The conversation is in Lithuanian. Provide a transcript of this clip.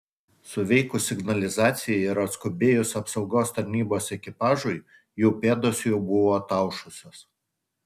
suveikus signalizacijai ir atskubėjus apsaugos tarnybos ekipažui jų pėdos jau buvo ataušusios